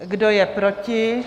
Kdo je proti?